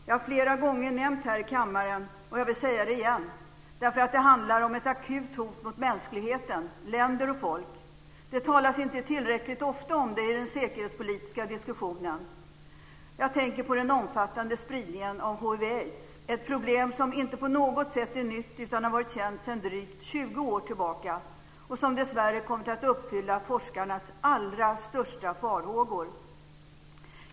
Jag har flera gånger här i kammaren talat om ett akut hot mot mänskligheten, länder och folk, och jag vill göra det igen. Det talas inte tillräckligt ofta om det i den säkerhetspolitiska diskussionen. Jag tänker på den omfattande spridningen av hiv/aids. Det är ett problem som inte på något sätt är nytt utan har varit känt sedan drygt 20 år tillbaka och som dessvärre kommit att uppfylla forskarnas allra största farhågor.